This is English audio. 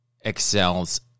excels